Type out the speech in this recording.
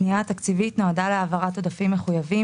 הפנייה התקציבית נועדה להעברת עודפים מחויבים